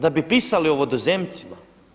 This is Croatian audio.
Da bi pisali o vodozemcima?